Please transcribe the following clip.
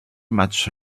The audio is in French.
matchs